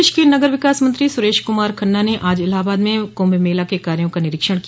प्रदेश के नगर विकास मंत्री सुरेश कुमार खन्ना ने आज इलाहाबाद में कुंभ मेला के कार्यो का निरीक्षण किया